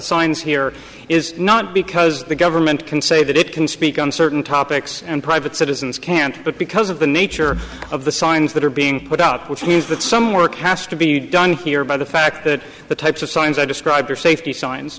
signs here is not because the government can say that it can speak on certain topics and private citizens can't but because of the nature of the signs that are being put out which means that some work has to be done here by the fact that the types of signs i described are safety s